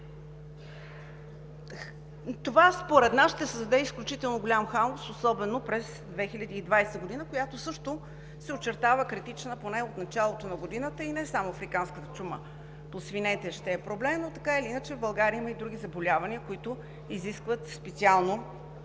Това според нас ще създаде изключително голям хаос, особено през 2020 г., която също се очертава критична, поне от началото на годината, и не само африканската чума по свинете ще е проблем – така или иначе в България има и други заболявания, които изискват специално